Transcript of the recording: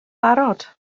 barod